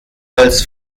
als